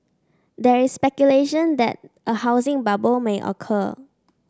there is speculation that a housing bubble may occur